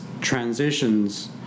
transitions